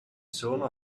sono